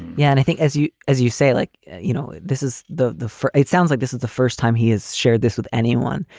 yeah. and i think as you as you say, like, you know, this is the the it sounds like this is the first time he has shared this with anyone.